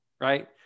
Right